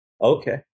okay